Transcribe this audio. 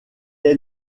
est